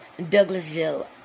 Douglasville